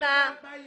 תהיה